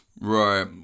Right